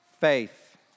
faith